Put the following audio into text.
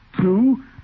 two